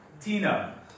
Tina